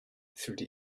through